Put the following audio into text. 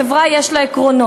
לחברה יש עקרונות,